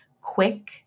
quick